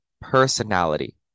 personality